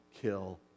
kill